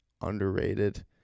underrated